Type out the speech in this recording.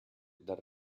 dal